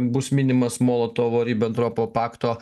bus minimas molotovo ribentropo pakto